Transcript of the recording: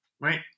right